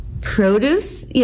produce